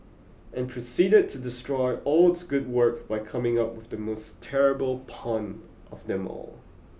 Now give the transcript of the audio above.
and proceeded to destroy all its good work by coming up with the most terrible pun of them all